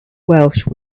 welsh